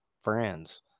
friends